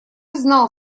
знал